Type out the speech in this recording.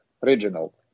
regional